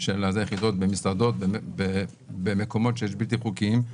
של היחידות במסעדות, במקומות שיש בלתי חוקיים.